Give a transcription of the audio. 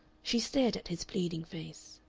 she stared at his pleading face.